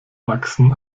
wachsen